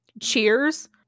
Cheers